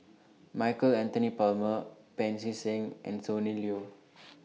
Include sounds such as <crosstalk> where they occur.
Michael Anthony Palmer Pancy Seng and Sonny Liew <noise>